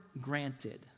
granted